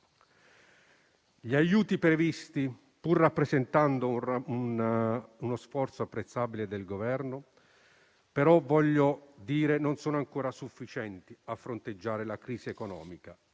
Gli aiuti previsti, pur rappresentando uno sforzo apprezzabile del Governo, non sono ancora sufficienti a fronteggiare la crisi economica